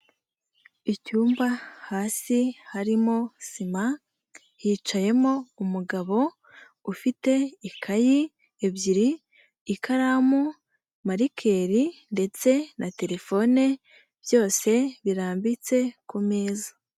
Icyumba hasi harimo sima, hicayemo umugabo, ufite ikayi ebyiri, ikaramu, marikeli ndetse na telefone, byose birambitse ku meza.